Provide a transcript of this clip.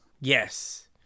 Yes